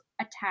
attack